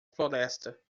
floresta